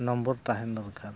number ᱛᱟᱦᱮᱱ ᱫᱚᱨᱠᱟᱨ